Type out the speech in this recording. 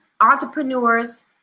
entrepreneurs